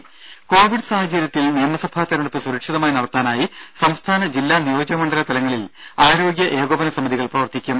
ദേദ കോവിഡ് സാഹചര്യത്തിൽ നിയമസഭാ തിരഞ്ഞെടുപ്പ് സുരക്ഷിതമായി നടത്താനായി സംസ്ഥാന ജില്ലാ നിയോജക മണ്ഡല തലങ്ങളിൽ ആരോഗ്യ ഏകോപന സമിതികൾ പ്രവർത്തിക്കും